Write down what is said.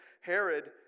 Herod